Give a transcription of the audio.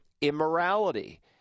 immorality